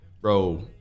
bro